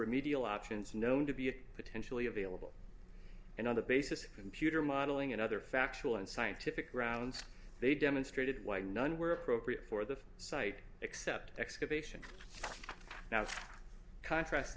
remedial options known to be potentially available and on the basis in pewter modeling and other factual and scientific grounds they demonstrated why none were appropriate for the site except excavation now contra